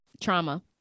Trauma